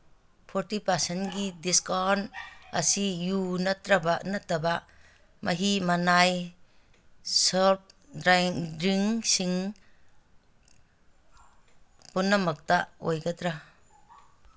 forty ꯄꯥꯔꯁꯦꯟꯒꯤ discount ꯑꯁꯤ ꯌꯨ ꯅꯠꯇꯕ ꯃꯍꯤ ꯃꯅꯥꯏ ꯁꯔꯞ ꯗ꯭ꯔꯤꯡꯁꯤꯡ ꯄꯨꯝꯅꯃꯛꯇ ꯑꯣꯏꯒꯗ꯭ꯔꯥ